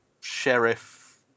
sheriff